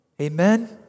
Amen